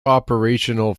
operational